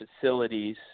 facilities